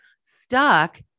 stuck